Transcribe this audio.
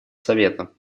совета